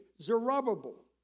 Zerubbabel